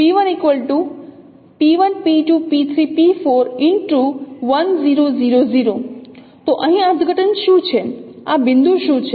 તો અહીં અર્થઘટન શું છે આ બિંદુ શું છે